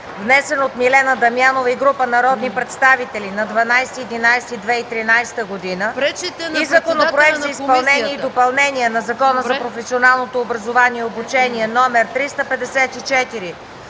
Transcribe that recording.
внесен от Милена Дамянова и група народни представители на 12 ноември 2013 г. и Законопроект за изменение и допълнение на Закона за професионалното образование и обучение, №